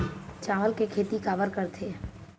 चावल के खेती काबर करथे?